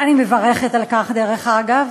אני מברכת על כך, דרך אגב.